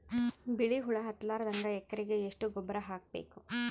ಬಿಳಿ ಹುಳ ಹತ್ತಲಾರದಂಗ ಎಕರೆಗೆ ಎಷ್ಟು ಗೊಬ್ಬರ ಹಾಕ್ ಬೇಕು?